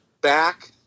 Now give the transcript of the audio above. back